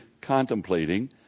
contemplating